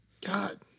God